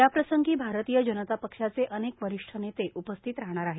याप्रसंगी भारतीय जनता पक्षाचे अनेक वरिश्ठ नेते उपस्थित राहणार आहेत